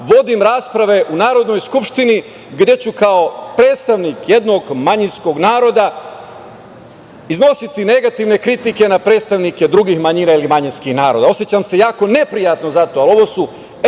vodim rasprave u Narodnoj skupštini gde ću kao predstavnik jednog manjinskog naroda iznositi negativne kritike na predstavnike drugih manjina i manjinskih naroda. Osećam se jako neprijatno zato, ali ovo su